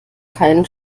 keinen